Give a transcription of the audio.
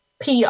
PR